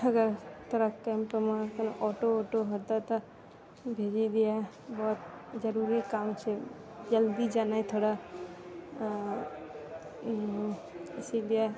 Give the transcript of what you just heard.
थोड़ा टाइमपर अगर ऑटो उटो हेतै तऽ भेजि दिअ बहुत जरूरी काम छै जल्दी जाना हइ थोड़ा इसीलिए